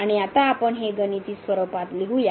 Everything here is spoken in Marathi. आणि आता आपण हे गणिती स्वरूपात लिहू या